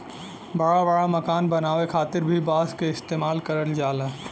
बड़ा बड़ा मकान बनावे खातिर भी बांस क इस्तेमाल करल जाला